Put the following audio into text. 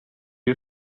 you